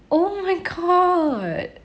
oh my god